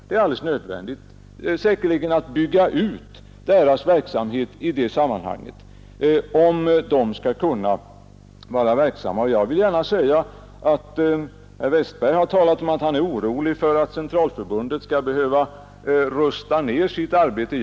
Det är säkerligen alldeles nödvändigt att bygga ut deras verksamhet, om de skall kunna verka i detta sammanhang. Herr Westberg har sagt att han är orolig för att Centralförbundet skall behöva rusta ned sin verksamhet.